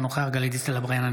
אינו נוכח גלית דיסטל אטבריאן,